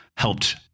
helped